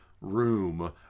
room